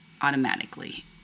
automatically